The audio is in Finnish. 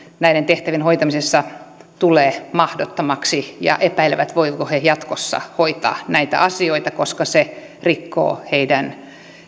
näiden tehtävien hoitamisessa tulee mahdottomaksi ja epäilevät voivatko jatkossa hoitaa näitä asioita koska se rikkoo heidän